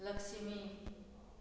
Lakshmi